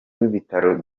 w’ibitaro